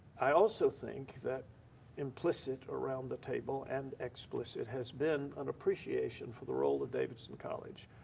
i also think that implicit around the table and explicit has been an appreciation for the role of davidson college.